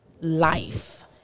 life